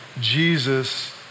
Jesus